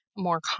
more